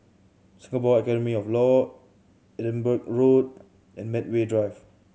Singapore Academy of Law Edinburgh Road and Medway Drive